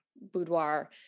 boudoir